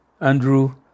Andrew